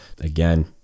Again